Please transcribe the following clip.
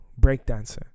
breakdancer